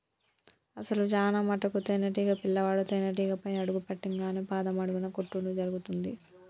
అసలు చానా మటుకు తేనీటీగ పిల్లవాడు తేనేటీగపై అడుగు పెట్టింగానే పాదం అడుగున కుట్టడం జరుగుతుంది